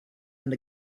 and